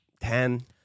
Ten